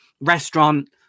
restaurant